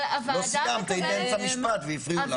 לא סיימת, היית באמצע משפט והפריעו לך.